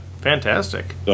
fantastic